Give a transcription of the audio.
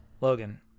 logan